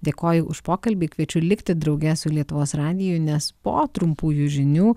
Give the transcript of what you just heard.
dėkoju už pokalbį kviečiu likti drauge su lietuvos radiju nes po trumpųjų žinių